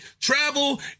travel